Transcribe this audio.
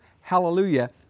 hallelujah